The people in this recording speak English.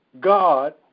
God